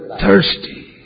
Thirsty